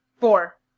Four